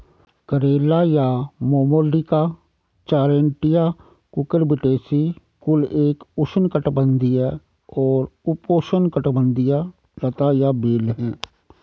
करेला या Momordica charantia Cucurbitaceae कुल की एक उष्णकटिबंधीय और उपोष्णकटिबंधीय लता या बेल है